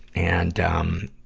and, um,